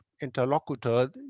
interlocutor